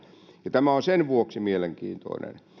tämä on sen vuoksi mielenkiintoinen